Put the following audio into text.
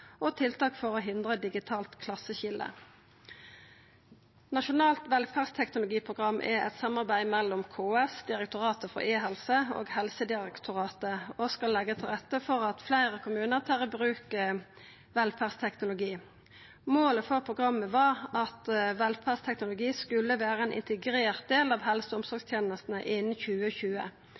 og tiltak for styrkt digital kompetanse i befolkninga og hindre digitalt klasseskilje.» Nasjonalt velferdsteknologiprogram er eit samarbeid mellom KS, Direktoratet for e-helse og Helsedirektoratet og skal leggja til rette for at fleire kommunar tar i bruk velferdsteknologi. Målet for programmet var at velferdsteknologi skulle vera ein integrert del av helse- og omsorgstenestene innan 2020.